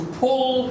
pull